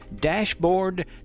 Dashboard